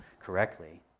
correctly